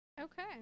Okay